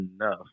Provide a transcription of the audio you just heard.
enough